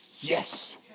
yes